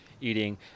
Eating